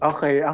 Okay